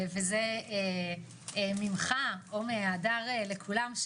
וזה ממך או מהדר לכולם,